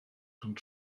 rhwng